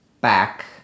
back